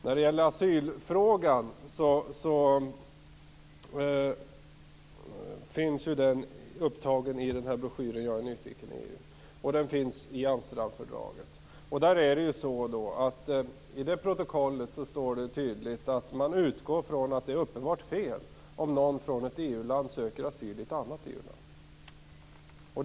När det gäller asylfrågan finns den upptagen i broschyren Jag är nyfiken EU, och den finns med i Amsterdamfördraget. I det protokollet står det tydligt att man utgår från att det är uppenbart fel om någon från ett EU-land söker asyl i ett annat EU-land.